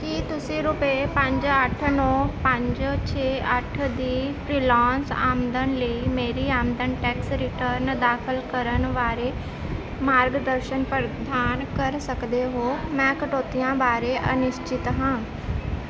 ਕੀ ਤੁਸੀਂ ਰੁਪਏ ਪੰਜ ਅੱਠ ਨੌਂ ਪੰਜ ਛੇ ਅੱਠ ਦੀ ਫ੍ਰੀਲਾਂਸ ਆਮਦਨ ਲਈ ਮੇਰੀ ਆਮਦਨ ਟੈਕਸ ਰਿਟਰਨ ਦਾਖਲ ਕਰਨ ਬਾਰੇ ਮਾਰਗਦਰਸ਼ਨ ਪ੍ਰਦਾਨ ਕਰ ਸਕਦੇ ਹੋ ਮੈਂ ਕਟੌਤੀਆਂ ਬਾਰੇ ਅਨਿਸ਼ਚਿਤ ਹਾਂ